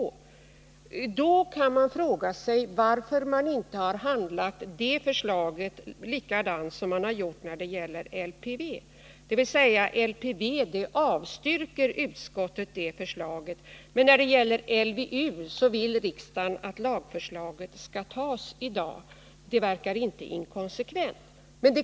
I så fall kan man ifrågasätta varför det förslaget inte har handlagts på samma sätt som LPV. Utskottet avstyrker ju förslaget beträffande LPV, men när det gäller LVU vill man att lagförslaget skall antas i dag. Det verkar inte konsekvent.